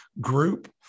Group